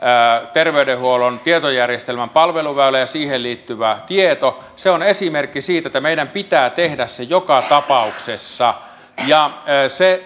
terveydenhuollon tietojärjestelmän palveluväylä ja siihen liittyvä tieto on esimerkki siitä että meidän pitää tehdä se joka tapauksessa se